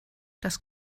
das